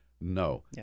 No